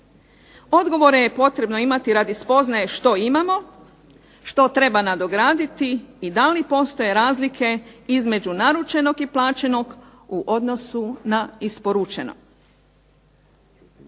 Odgovore je potrebno imati radi spoznaje što imamo, što treba nadograditi i da li postoje razlike između naručenog i plaćenog u odnosu na isporučeno.